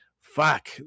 Fuck